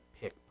pick